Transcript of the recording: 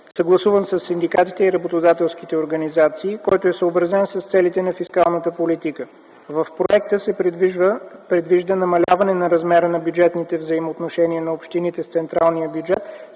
съгласуван със синдикатите и работодателските организации, който е съобразен с целите на фискалната политика. В проекта се предвижда намаляване на размера на бюджетните взаимоотношения на общините с централния бюджет